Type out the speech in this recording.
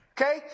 Okay